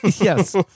Yes